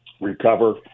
recover